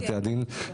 מה כן?